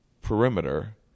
perimeter